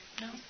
No